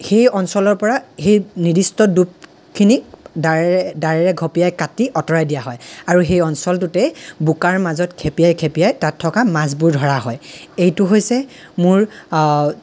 সেই অঞ্চলৰ পৰা সেই নিৰ্দিষ্ট দোপখিনি দাৰে দাৰে ঘঁপিয়াই কাটি আঁতৰাই দিয়া হয় আৰু সেই অঞ্চলটোতেই বোকাৰ মাজত খেপিয়াই খেপিয়াই তাত থকা মাছবোৰ ধৰা হয় এইটো হৈছে মোৰ